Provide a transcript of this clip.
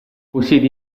possiede